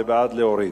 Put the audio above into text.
זה בעד להוריד,